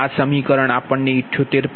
તો આ સમીકરણ 78 છે